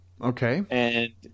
Okay